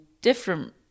different